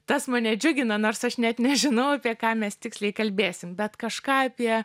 tas mane džiugina nors aš net nežinau apie ką mes tiksliai kalbėsim bet kažką apie